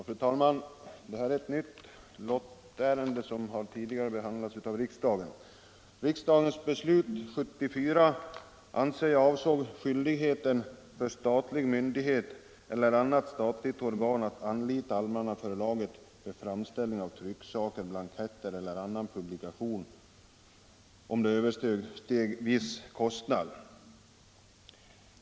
Fru talman! Detta är ett nytt lottärende, som alltså tidigare har behandlats av riksdagen och avgjorts med lottens hjälp. Riksdagens beslut 1974 avsåg enligt min uppfattning skyldigheten för statlig myndighet eller annat statligt organ att anlita Allmänna Förlaget vid framställning av publikation, blankett eller annat tryckalster, om kostnaden översteg ett visst belopp.